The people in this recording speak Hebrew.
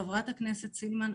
חברת הכנסת סילמן,